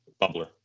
Bubbler